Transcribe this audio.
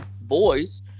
boys